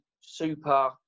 super